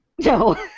No